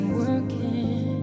working